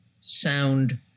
sound